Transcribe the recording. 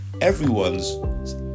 everyone's